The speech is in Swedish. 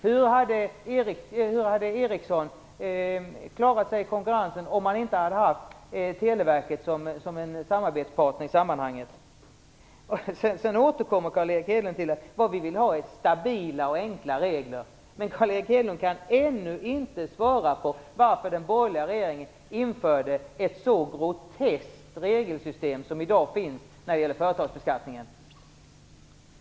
Hur hade Ericsson klarat sig i konkurrensen om man inte hade haft Televerket som en samarbetspartner i sammanhanget? Carl Erik Hedlund återkommer till att näringslivet vill ha stabila och enkla regler. Men Carl Erik Hedlund kan ännu inte svara på varför den borgerliga regeringen införde ett så groteskt regelsystem för företagsbeskattningen.